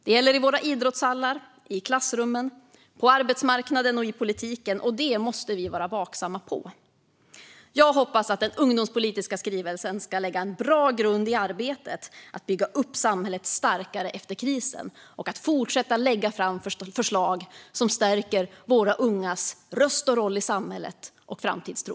Det gäller i våra idrottshallar, i klassrummen, på arbetsmarknaden och i politiken. Det måste vi vara vaksamma på. Jag hoppas att den ungdomspolitiska skrivelsen ska lägga en bra grund i arbetet att bygga samhället starkare efter krisen och att fortsätta att lägga fram förslag som stärker våra ungas röst och roll i samhället och deras framtidstro.